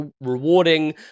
rewarding